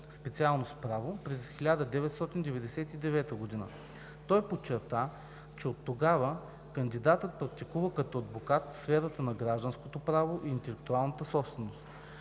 специалност „Право“ през 1999 г. От тогава кандидатът практикува като адвокат в сферата на гражданското право и интелектуалната собственост.